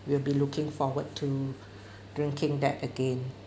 will be looking forward to drinking that again